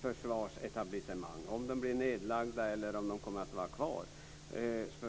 försvarsetablissemang - det handlar då om nedläggningar och om vad som blir kvar - är en annan sak.